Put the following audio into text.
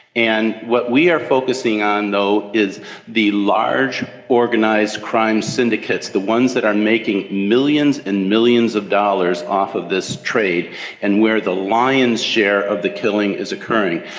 and what we are focusing on though is the large organised crime syndicates, the ones that are making millions and millions of dollars off of this trade and where the lion's share of the killing is occurring.